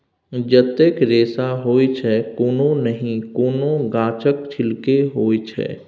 जतेक रेशा होइ छै कोनो नहि कोनो गाछक छिल्के होइ छै